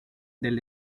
del